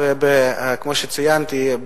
וכמו שציינתי,